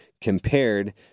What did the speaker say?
compared